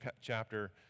chapter